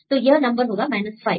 तो यह नंबर होगा 5